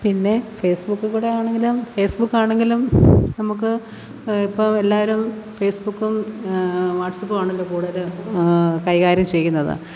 പിന്നെ ഫേസ്ബുക്കിൽ കൂടെ ആണെങ്കിലും ഫേസ്ബുക്ക് ആണെങ്കിലും നമുക്ക് ഇപ്പോൾ എല്ലാവരും ഫേസ്ബുക്കും വാട്സാപ്പും ആണല്ലോ കൂടുതൽ കൈകാര്യം ചെയ്യുന്നത്